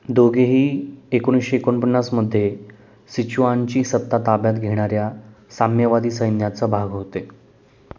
दोघेही एकोणीशे एकोणपन्नासमध्ये सिचुआनची सत्ता ताब्यात घेणाऱ्या साम्यवादी सैन्याचा भाग होते